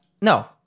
no